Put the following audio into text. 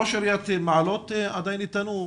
ראש עירית מעלות, עדיין איתנו?